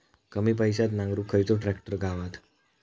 कमी पैशात नांगरुक खयचो ट्रॅक्टर गावात?